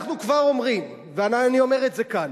אנחנו כבר אומרים, אני אומר את זה כאן: